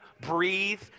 Breathe